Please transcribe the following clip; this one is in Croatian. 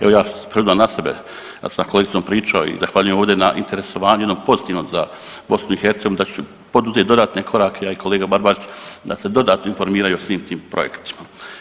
Evo ja preuzimam na sebe, ja sam sa kolegicom pričao i zahvaljujem ovdje na interesovanju jednog pozitivnog za BiH da ću poduzeti dodatne korake ja i kolega Barbarić da se dodatno informiraju o svim tim projektima.